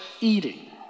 eating